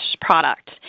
product